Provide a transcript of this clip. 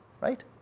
right